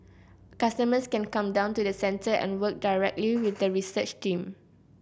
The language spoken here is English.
customers can come down to the centre and work directly with the research team